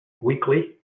weekly